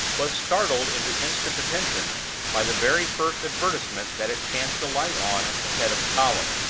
was startled into instant attention by the very first advertisement that it chanced to light on at the head of the column.